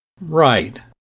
Right